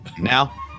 Now